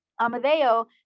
Amadeo